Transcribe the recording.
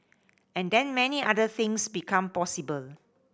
and then many other things become possible